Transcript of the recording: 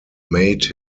made